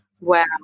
Wow